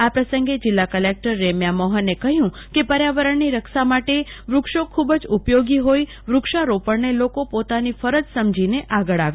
આ પ્રસંગે જીલ્લા કલેકટર રેમ્યા મોહને કહ્યું કે પર્યાવરણની રક્ષા માટે વૃક્ષો ખુબ જ ઉપયોગી હોઈ વૃક્ષારોપણને લોકો પોતાની ફરજ સમજીને આગળ આવે